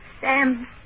Sam